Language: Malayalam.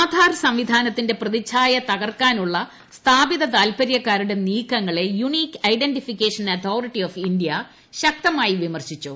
ആധാർ സംവിധാനത്തിന്റെ പ്രതിച്ഛായ തകർക്കാനുള്ള സ്ഥാപിത താൽപര്യക്കാരുടെ നീക്കങ്ങളെ unique identification authority of India ശക്തമായി വിമർശിച്ചു